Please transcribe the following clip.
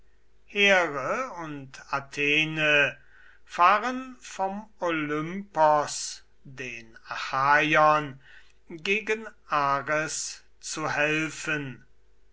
here und athene fahren vom olympos den achaiern gegen ares zu helfen